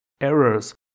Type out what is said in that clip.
errors